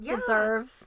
deserve